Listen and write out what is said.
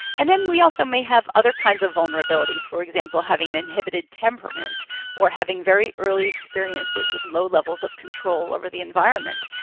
and then we also may have other kinds of vulnerabilities, for example, having an inhibited temperament or having very early experiences with low levels of control over the environment.